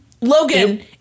Logan